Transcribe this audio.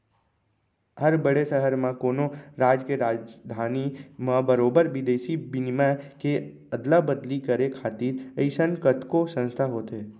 हर बड़े सहर म, कोनो राज के राजधानी म बरोबर बिदेसी बिनिमय के अदला बदली करे खातिर अइसन कतको संस्था होथे